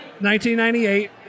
1998